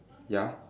ya